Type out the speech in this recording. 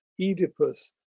Oedipus